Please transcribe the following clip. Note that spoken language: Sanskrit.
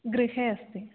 गृहे अस्ति